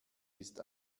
ist